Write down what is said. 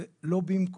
זה לא במקום.